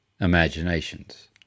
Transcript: imaginations